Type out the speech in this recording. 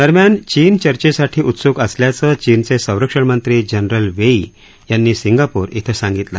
दरम्यान चीन चर्चेसाठी उत्सूक असल्याचं चीनचे संरक्षणमंत्री जनरल वेई यांनी सिंगापूर श्वं सांगितलं